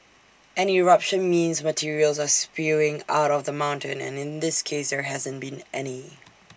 an eruption means materials are spewing out of the mountain and in this case there hasn't been any